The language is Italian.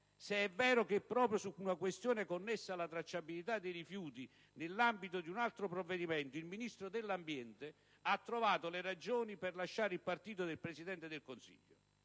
se è vero che proprio su una questione connessa alla tracciabilità dei rifiuti nell'ambito di un altro provvedimento il Ministro dell'ambiente ha trovato le ragioni per lasciare il partito del Presidente del Consiglio.